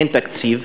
אין תקציב.